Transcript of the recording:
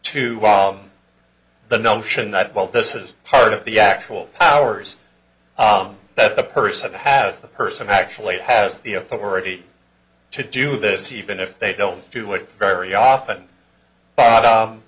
to the notion that while this is part of the actual powers that the person has the person actually has the authority to do this even if they don't do it very often but